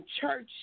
church